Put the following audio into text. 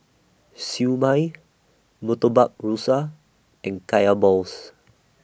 Siew Mai Murtabak Rusa and Kaya Balls